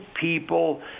people